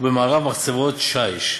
ובמערב מחצבות שיש,